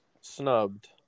snubbed